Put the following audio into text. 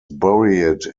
buried